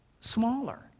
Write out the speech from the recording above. smaller